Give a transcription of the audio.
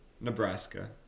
Nebraska